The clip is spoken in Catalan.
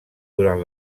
durant